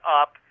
up